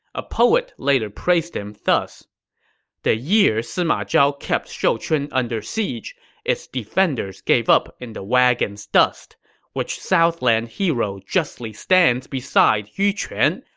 a poet later praised him thus the year sima zhao kept shouchun under siege its defenders gave up in the wagons' dust which southland hero justly stands beside yu quan,